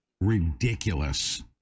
ridiculous